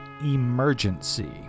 Emergency